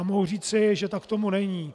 Mohu říci, že tak tomu není.